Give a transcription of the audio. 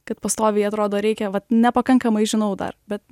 kad pastoviai atrodo reikia vat nepakankamai žinau dar bet